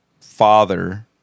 father